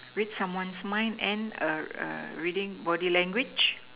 read someone's mind and reading body language